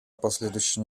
последующей